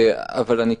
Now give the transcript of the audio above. זה